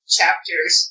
chapters